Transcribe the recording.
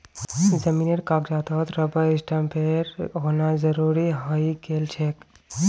जमीनेर कागजातत रबर स्टैंपेर होना जरूरी हइ गेल छेक